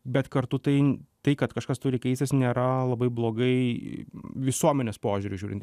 bet kartu tai tai kad kažkas turi keistis nėra labai blogai visuomenės požiūriu žiūrint